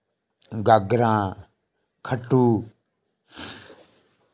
गागरां Khatu